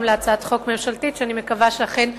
גם להצעת חוק ממשלתית שאני מקווה שאכן תגיע,